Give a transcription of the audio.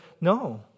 no